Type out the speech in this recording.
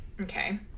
okay